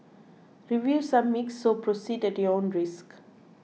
reviews are mixed so proceed at your own risk